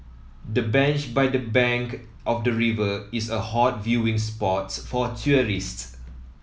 the bench by the bank of the river is a hot viewing spot for tourists